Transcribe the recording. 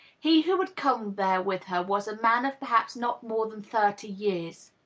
he who had come there with her was a man of perhaps not more than thirty years.